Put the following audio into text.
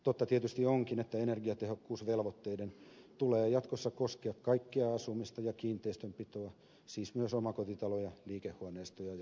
totta tietysti onkin että energiatehokkuusvelvoitteiden tulee jatkossa koskea kaikkea asumista ja kiinteistönpitoa siis myös omakotitaloja liikehuoneistoja ja vuokra asumista